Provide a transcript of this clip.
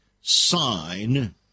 sign